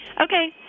Okay